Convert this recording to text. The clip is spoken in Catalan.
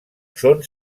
són